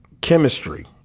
Chemistry